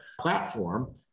platform